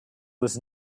was